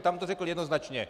Tam to řekl jednoznačně.